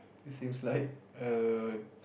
it seems like uh